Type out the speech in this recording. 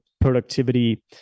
productivity